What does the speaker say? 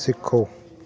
ਸਿੱਖੋ